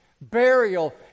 burial